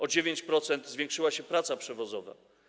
O 9% zwiększyła się praca przewozowa.